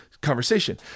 conversation